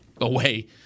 away